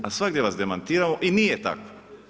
A svagdje vas demantiramo i nije tako.